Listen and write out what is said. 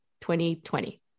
2020